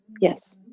yes